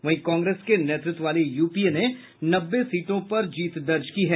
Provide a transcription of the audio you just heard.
वहीं कांग्रेस के नेतृत्व वाली यूपीए ने नब्बे सीटों पर जीत दर्ज की है